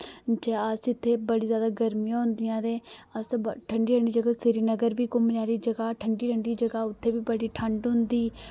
जि'यां अस इत्थै बड़ी जैदा गर्मियां होंदियां ते अस ब ठंडी ठंडी जगह् श्रीनगर बी घुम्मने आह्ली जगह् ठंडी ठंडी जगह् उत्थै बी बड़ी ठंड होंदी